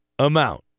amount